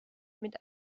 mit